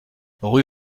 rue